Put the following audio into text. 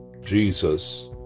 Jesus